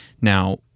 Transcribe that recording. Now